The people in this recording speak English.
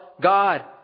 God